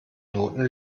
noten